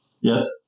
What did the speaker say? Yes